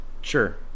Sure